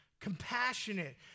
compassionate